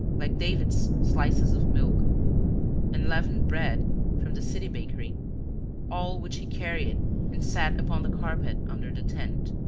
like david's slices of milk and leavened bread from the city bakery all which he carried and set upon the carpet under the tent.